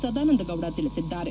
ಸದಾನಂದ ಗೌಡ ತಿಳಿಸಿದ್ದಾರೆ